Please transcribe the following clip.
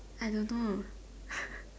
I don't know